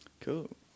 Cool